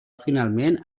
finalment